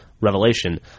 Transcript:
Revelation